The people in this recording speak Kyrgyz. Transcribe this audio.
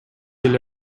эле